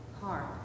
hard